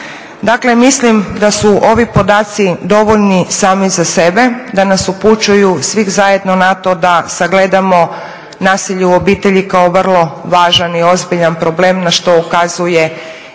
Dakle mislim da su ovi podaci dovoljni sami za sebe, da nas upućuju svih zajedno na to da sagledamo nasilje u obitelji kao vrlo važan i ozbiljan problem na što ukazuje i